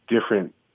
different